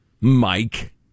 Mike